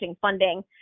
funding